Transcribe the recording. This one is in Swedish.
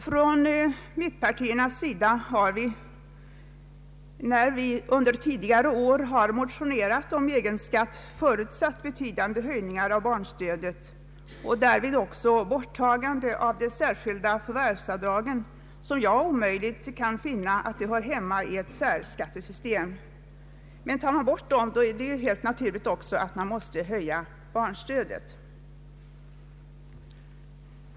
Från mittenpartiernas sida har vi, när vi motionerade om särskatt, förutsatt betydande höjningar av barnstödet och också borttagandet av de särskilda förvärvsavdragen, som enligt min mening inte hör hemma i ett särskattesystem. Men om man tar bort dem måste helt naturligt också barnstödet höjas.